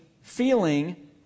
feeling